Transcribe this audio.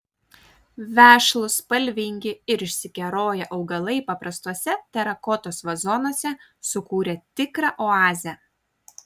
vešlūs spalvingi ir išsikeroję augalai paprastuose terakotos vazonuose sukūrė tikrą oazę